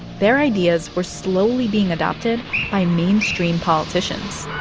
their ideas were slowly being adopted by mainstream politicians